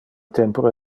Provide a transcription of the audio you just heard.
tempore